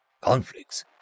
Conflicts